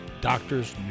doctors